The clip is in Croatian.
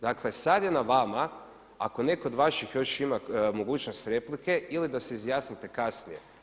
Dakle, sad je na vama, ako netko od vaših još ima mogućnost replike, ili da se izjasnite kasnije.